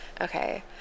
Okay